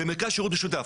למרכז שירות משותף.